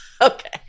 Okay